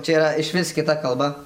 čia yra išvis kita kalba